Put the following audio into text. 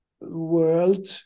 world